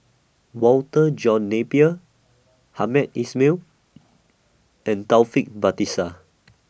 Walter John Napier Hamed Ismail and Taufik Batisah